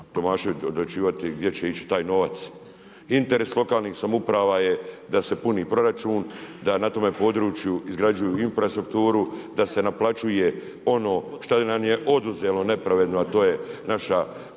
Tomašević odlučivati gdje će ići taj novac. Interes lokalnih samouprava je da se puni proračun, da na tome području izgrađuju infrastrukturu, da se naplaćuje ono šta nam je oduzelo napravedno a to je naša